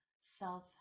self